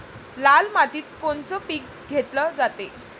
लाल मातीत कोनचं पीक घेतलं जाते?